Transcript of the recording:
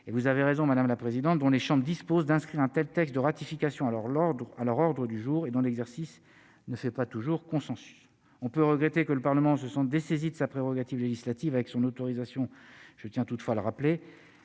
et vous avez raison, madame la présidente, dont les chambres disposent d'un scrutin, texte de ratification, alors l'Ordre à leur ordre du jour et dans l'exercice ne fait pas toujours consensus on peut regretter que le Parlement se sont dessaisis de sa prérogative législative avec son autorisation, je tiens toutefois à le rappeler